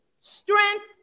strength